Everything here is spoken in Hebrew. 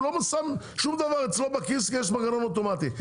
הוא לא שם שום דבר מאצלו בכיס כי יש מנגנון אוטומטי.